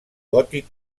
gòtic